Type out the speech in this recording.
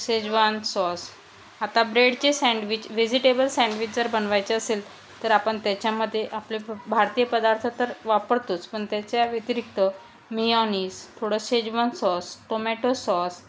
Schezwan sauce आता ब्रेडचे sandwich vegetable sandwich जर बनवायचे असेल तर आपण त्याच्यामध्ये आपले भारतीय पदार्थ तर वापरतोच पण त्याच्या व्यतिरिक्त मिओनिस थोडं शेजवान सॉस टोमॅटो सॉस